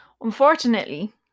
Unfortunately